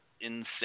insane